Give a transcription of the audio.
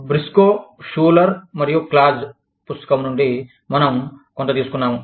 Briscoe Schuler మరియు క్లాజ్Briscoe Schuler and Claus పుస్తకం నుండి మనం కొంత తీసుకున్నాము